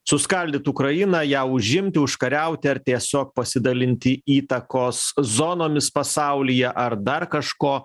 suskaldyt ukrainą ją užimti užkariauti ar tiesiog pasidalinti įtakos zonomis pasaulyje ar dar kažko